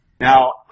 Now